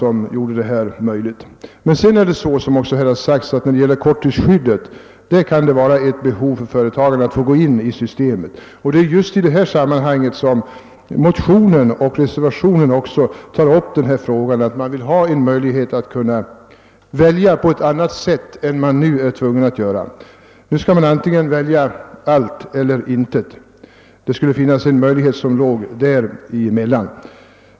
Men när det gäller korttidsskyddet kan det, såsom framhållits, föreligga ett behov hos företagarna att gå in i systemet, och det är just i detta sammanhang frågan tas upp i såväl motionen som reservationen, eftersom man vill kunna välja på ett annat sätt än som nu är nödvändigt. Nu skall man välja allt eller intet, men det borde finnas en möjlighet däremellan.